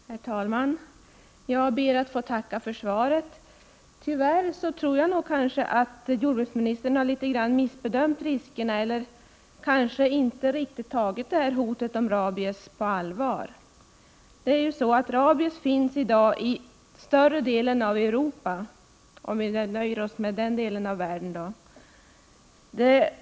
Herr talman! Jag ber att få tacka för svaret. Jag tror tyvärr att jordbruksministern något har missbedömt riskerna eller kanske inte har tagit hotet om rabies riktigt på allvar. Rabies finns i dag i större delen av Europa, om vi nöjer oss med att se på den delen av världen.